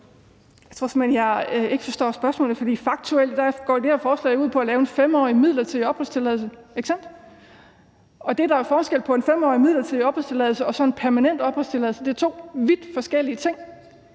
faktuelt går det her forslag ud på at lave en 5-årig midlertidig opholdstilladelse, ikke sandt? Der er forskel på en 5-årig midlertidig opholdstilladelse og en permanent opholdstilladelse, det er to vidt forskellige ting.